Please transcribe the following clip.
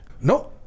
no